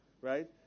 right